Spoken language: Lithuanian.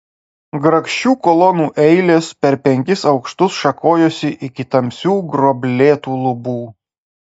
grakščių kolonų eilės per penkis aukštus šakojosi iki tamsių gruoblėtų lubų